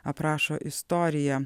aprašo istoriją